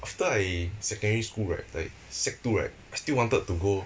after I secondary school right like sec two right I still wanted to go